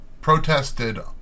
protested